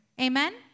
Amen